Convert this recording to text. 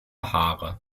haare